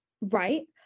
right